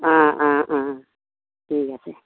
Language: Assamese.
অ অ অ ঠিক আছে